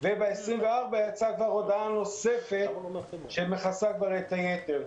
וב-24 יצאה כבר הודעה נוספת שמכסה את היתר.